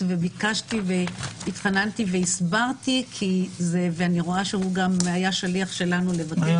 וביקשתי והתחננתי והסברתי ואני רואה שהוא היה גם שליח שלנו לבקש.